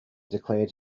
declared